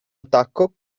attacco